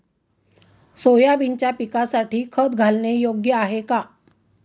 सोयाबीनच्या पिकासाठी खत घालणे योग्य आहे का?